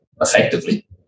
effectively